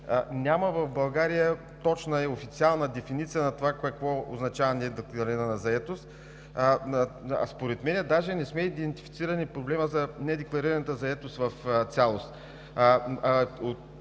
че в България няма точна и официална дефиниция на това какво означава „недекларирана заетост“. А даже според мен не сме идентифицирали проблема за недекларираната заетост в цялост.